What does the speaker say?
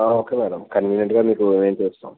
okay madam కన్వీనియంట్గా మీకు మేము చూస్తాం